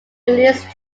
release